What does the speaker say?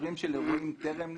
בהקשרים של אירועים טרם נעשו,